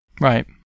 Right